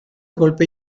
golpe